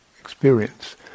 experience